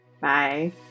Bye